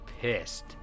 pissed